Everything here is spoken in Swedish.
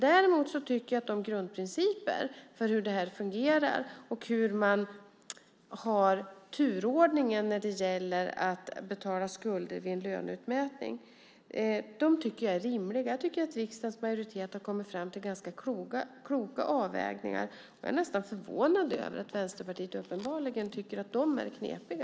Däremot tycker jag att grundprinciperna för hur det här fungerar och hur man har turordningen när det gäller att betala skulder vid en löneutmätning är rimliga. Jag tycker att riksdagens majoritet har kommit fram till rätt kloka avvägningar, och jag är nästan förvånad över att Vänsterpartiet uppenbarligen tycker att de är det knepiga.